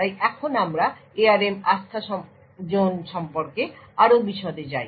তাই এখন আমরা ARM আস্থাজোন সম্পর্কে আরও বিশদে যাই